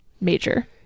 major